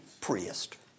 priest